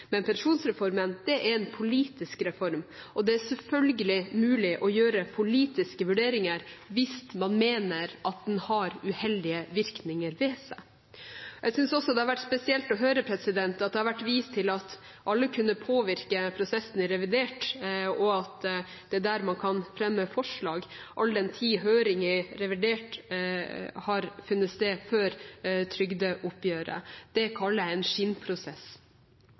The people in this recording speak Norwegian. Men pensjonsreformen er en politisk reform. Det er selvfølgelig mulig å gjøre politiske vurderinger hvis man mener at den har uheldige virkninger ved seg. Jeg synes også det har vært spesielt å høre at det har vært vist til at alle kunne påvirke prosessen i revidert, og at det er der man kan fremme forslag, all den tid høringen i revidert har funnet sted før trygdeoppgjøret. Det kaller jeg en